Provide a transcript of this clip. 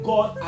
God